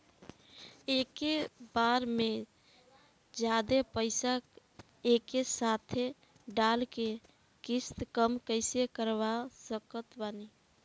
एके बार मे जादे पईसा एके साथे डाल के किश्त कम कैसे करवा सकत बानी?